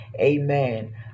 amen